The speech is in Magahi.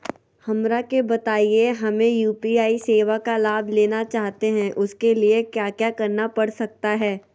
हमरा के बताइए हमें यू.पी.आई सेवा का लाभ लेना चाहते हैं उसके लिए क्या क्या करना पड़ सकता है?